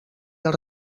els